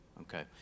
okay